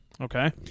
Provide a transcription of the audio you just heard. Okay